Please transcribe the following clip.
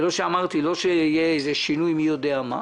ולא שאמרתי, לא שיהיה איזה שינוי מי יודע מה.